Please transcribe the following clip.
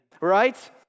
Right